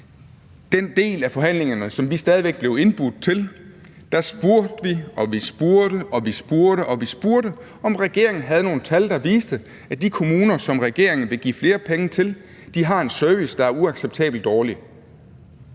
den del af forhandlingerne, som vi blev indbudt til, spurgte vi gentagne gange, om regeringen havde nogle tal, der viste, at de kommuner, som regeringen vil give flere penge til, har en service, der er uacceptabelt dårlig.